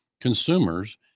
consumers